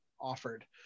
offered